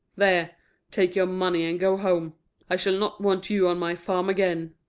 there take your money and go home i shall not want you on my farm again.